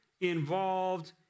involved